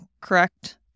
correct